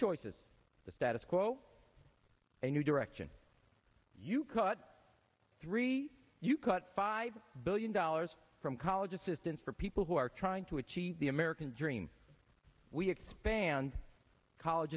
choices the status quo a new direction you cut three you cut five billion dollars from college assistance for people who are trying to achieve the american dream we expand college